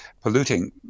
polluting